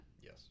Yes